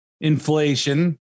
Inflation